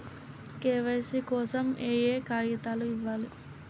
KYC కోసం ఏయే కాగితాలు ఇవ్వాలి?